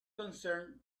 concerned